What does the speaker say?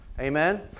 Amen